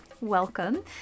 welcome